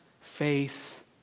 faith